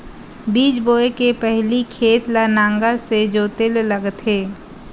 बीज बोय के पहिली खेत ल नांगर से जोतेल लगथे?